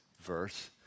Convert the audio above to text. verse